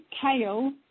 kale